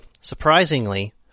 Surprisingly